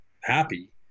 happy